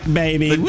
baby